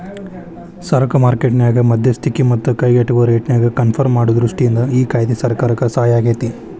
ಸರಕ ಮಾರ್ಕೆಟ್ ನ್ಯಾಗ ಮಧ್ಯಸ್ತಿಕಿ ಮತ್ತ ಕೈಗೆಟುಕುವ ರೇಟ್ನ್ಯಾಗ ಕನ್ಪರ್ಮ್ ಮಾಡೊ ದೃಷ್ಟಿಯಿಂದ ಈ ಕಾಯ್ದೆ ಸರ್ಕಾರಕ್ಕೆ ಸಹಾಯಾಗೇತಿ